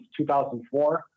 2004